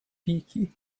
peaky